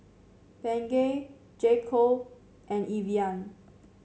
Bengay J Co and Evian